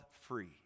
free